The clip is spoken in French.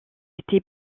été